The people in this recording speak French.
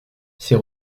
ses